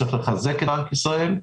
צריך לחזק את בנק ישראל.